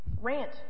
Rant